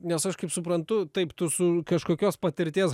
nes aš kaip suprantu taip tu su kažkokios patirties